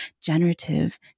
generative